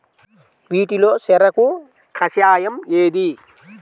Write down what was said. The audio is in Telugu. వీటిలో చెరకు కషాయం ఏది?